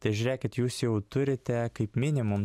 tai žiūrėkit jūs jau turite kaip minimum